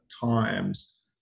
times